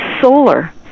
solar